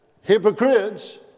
hypocrites